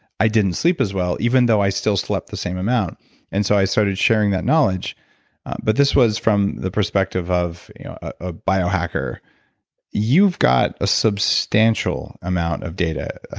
i didn't sleep as well, even though i still slept the same amount and so i started sharing that knowledge but this was from the perspective of a biohacker. you've got a substantial amount of data.